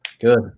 good